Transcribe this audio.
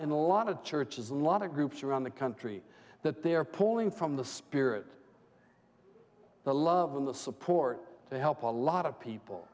in a lot of churches a lot of groups around the country that they are pulling from the spirit the love them the support to help a lot of people